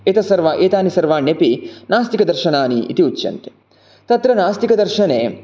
एतत् सर्व एतानि सर्वाण्यपि नास्तिकदर्शनानि इति उच्यन्ते तत्र नास्तिकदर्शने